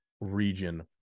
region